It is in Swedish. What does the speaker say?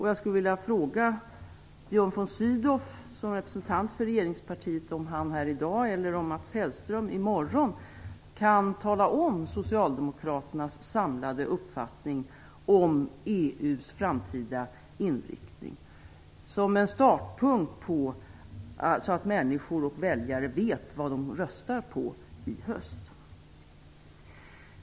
Jag skulle vilja fråga Björn von Sydow som representant för regeringspartiet om han här i dag eller om Mats Hellström i morgon kan tala om Socialdemokraternas samlade uppfattning om EU:s framtida inriktning, så att väljarna vet vad de röstar på i höst.